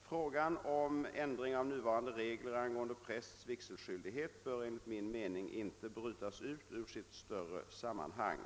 Frågan om ändring av nuvarande regler angående prästs vigselskyldighet bör enligt min mening inte brytas ut ur sitt större sammanhang.